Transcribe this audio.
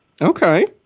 Okay